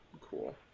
Cool